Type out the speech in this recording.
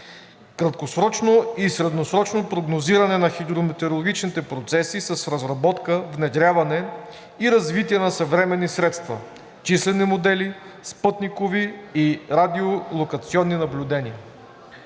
краткосрочно и средносрочно прогнозиране на хидрометеорологичните процеси с разработка, внедряване и развитие на съвременни средства; числени модели, спътникови и радиолокационни наблюдения;